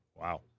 Wow